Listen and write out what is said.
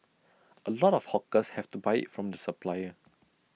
A lot of hawkers have to buy IT from the supplier